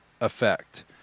effect